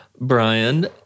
Brian